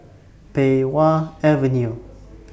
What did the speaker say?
Pei Wah Avenue